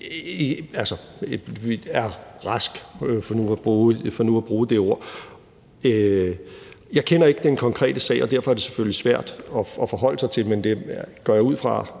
er rask for nu at bruge det ord. Jeg kender ikke den konkrete sag, og derfor er det selvfølgelig svært at forholde sig til den, men jeg går ud fra,